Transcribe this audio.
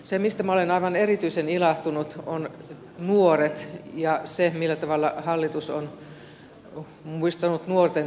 se mistä minä olen aivan erityisen ilahtunut on nuoret ja se millä tavalla hallitus on muistanut nuorten työllisyyttä